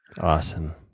Awesome